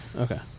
okay